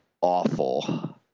awful